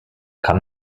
kann